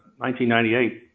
1998